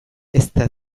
ezta